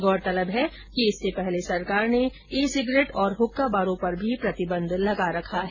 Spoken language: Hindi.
गौरतलब है कि इससे पूर्व सरकार ने ई सिगरेट और हुक्का बारों पर भी प्रतिबंध लगा रखा है